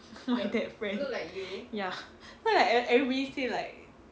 my that friend ya why like every everybody say like